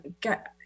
get